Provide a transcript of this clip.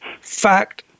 fact